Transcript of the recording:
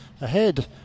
Ahead